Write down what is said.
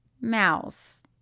Mouse